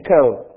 Code